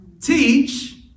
teach